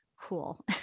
cool